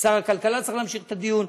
שר הכלכלה צריך להמשיך את הדיון,